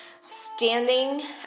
standing